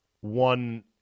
one